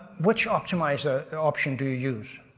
which optimizer option do you use?